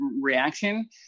reaction